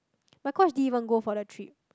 my coach din even go for the trip